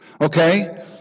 Okay